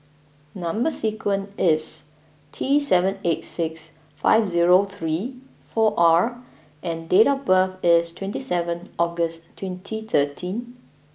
number sequence is T seven eight six five zero three four R and date of birth is twenty seven August twenty thirteen